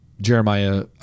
Jeremiah